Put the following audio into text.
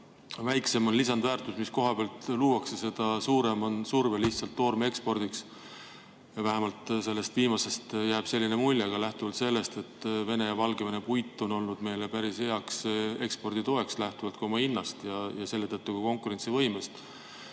väiksem on lisandväärtus, mis kohapeal luuakse, seda suurem on surve lihtsalt toorme ekspordiks. Või vähemalt jääb selline mulje, ka lähtuvalt sellest, et Vene ja Valgevene puit on olnud meile päris heaks eksporditoeks lähtuvalt oma hinnast ja selle tõttu ka konkurentsivõimest.